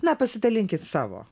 na pasidalinkit savo